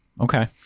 Okay